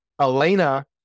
Elena